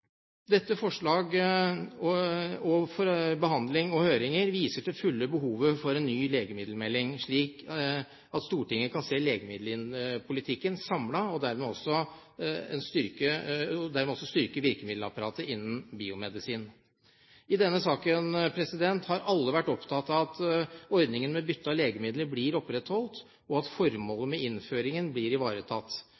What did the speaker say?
Dette forslaget, behandling og høringer viser til fulle behovet for en ny legemiddelmelding, slik at Stortinget kan se legemiddelpolitikken samlet og dermed også styrke virkemiddelapparatet innen biomedisin. I denne saken har alle vært opptatt av at ordningen med bytte av legemidler blir opprettholdt, og at formålet